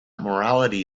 morality